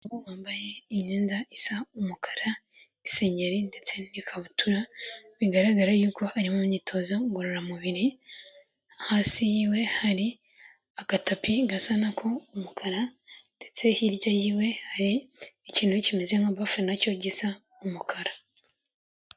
Umugabo wambaye imyenda isa umukara n'isengenyeri ndetse n'ikabutura, bigaragara yuko ari mu myitozo ngororamubiri, hasi yiwe hari agatapi gasana nako umukara ndetse hirya yiwe hari ikintu kimeze nka bafure nacyo gisa umukara.